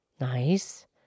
Nice